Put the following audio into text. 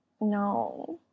No